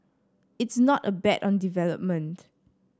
it's not a bet on development